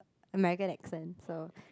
American accent so